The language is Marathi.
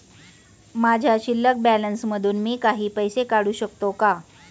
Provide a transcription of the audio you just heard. माझ्या शिल्लक बॅलन्स मधून मी काही पैसे काढू शकतो का?